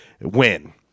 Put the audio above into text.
win